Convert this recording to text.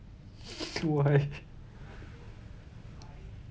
why